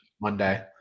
Monday